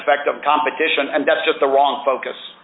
effect of competition and that's just the wrong focus